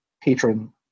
patron